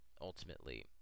ultimately